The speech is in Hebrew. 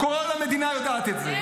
כל המדינה יודעת את זה,